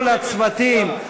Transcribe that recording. וכל הצוותים,